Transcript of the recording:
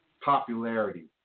popularity